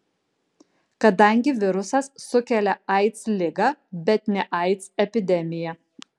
kadangi virusas sukelia aids ligą bet ne aids epidemiją